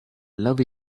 love